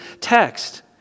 text